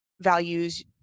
values